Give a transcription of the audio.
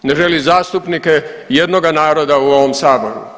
Ne želi zastupnike jednoga naroda u ovom Saboru.